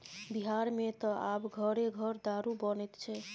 बिहारमे त आब घरे घर दारू बनैत छै